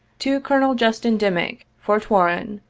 to colonel justin dimick, fort warren,